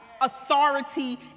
authority